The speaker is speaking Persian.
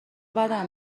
بدم